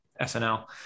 SNL